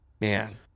Man